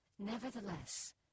Nevertheless